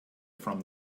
from